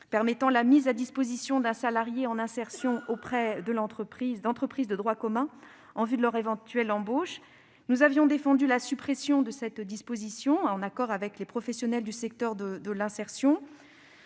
permettent de mettre à disposition un salarié en insertion auprès d'entreprises de droit commun en vue de leur éventuelle embauche. Nous avions défendu la suppression de cette disposition, en accord avec les professionnels du secteur de l'insertion.